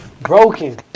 Broken